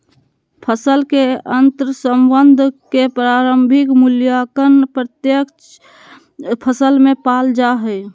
फसल के अंतर्संबंध के प्रारंभिक मूल्यांकन प्रत्येक फसल में पाल जा हइ